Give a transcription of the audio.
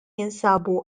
jinsabu